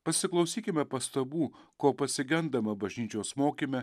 pasiklausykime pastabų ko pasigendama bažnyčios mokyme